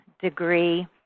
degree